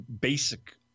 basic